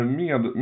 med